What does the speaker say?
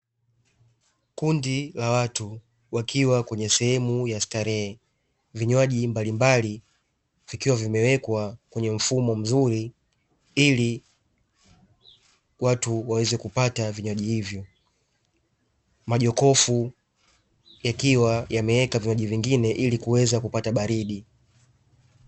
Kundi la watu wakiwa kwenye sehemu ya starehe, vinywaji mbalimbali vikiwa vimewekwa kwenye mfumo mzuri, ili watu waweze kupata vinywaji hivyo. Majokofu yakiwa yameweka vinywaji vingine ili kuweza kupata baridi.